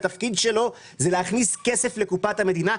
התפקיד שלו הוא להכניס כסף לקופת המדינה.